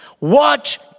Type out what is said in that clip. Watch